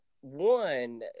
one